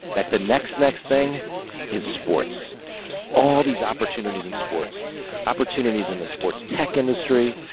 that the next next thing is sports all these opportunities in sports opportunities in the sports tech industry,